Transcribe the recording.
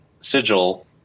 sigil